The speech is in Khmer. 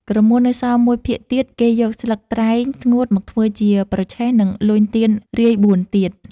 ក្រមួននៅសល់មួយភាគទៀត គេយកស្លឹកត្រែងស្ងួតមកធ្វើជាប្រឆេះ និងលញ់ទៀនរាយបួនទៀត។